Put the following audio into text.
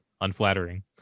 unflattering